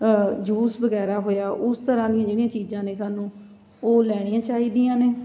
juice ਵਗੈਰਾ ਹੋਇਆ ਉਸ ਤਰ੍ਹਾਂ ਦੀਆਂ ਜਿਹੜੀਆਂ ਚੀਜ਼ਾਂ ਨੇ ਸਾਨੂੰ ਉਹ ਲੈਣੀਆਂ ਚਾਹੀਦੀਆਂ ਨੇ